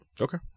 Okay